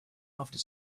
after